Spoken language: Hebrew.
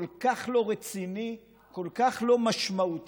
כל כך לא רציני, כל כך לא משמעותי.